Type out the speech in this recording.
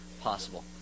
possible